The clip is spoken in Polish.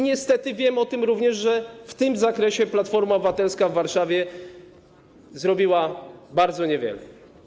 Niestety wiem również o tym, że w tym zakresie Platforma Obywatelska w Warszawie zrobiła bardzo niewiele.